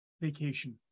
vacation